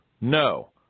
No